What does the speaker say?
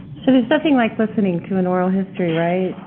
so there's nothing like listening to an oral history, right,